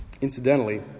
Incidentally